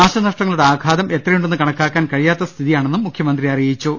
നാശനഷ്ടങ്ങളുടെ ആഘാതം എത്രയുണ്ടെന്ന് കണ ക്കാക്കാൻ കഴിയാത്ത സ്ഥിതിയാണെന്നും മുഖ്യമന്ത്രി അറിയിച്ചു